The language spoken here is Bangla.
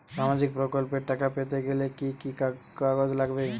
সামাজিক প্রকল্পর টাকা পেতে গেলে কি কি কাগজ লাগবে?